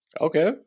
Okay